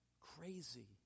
crazy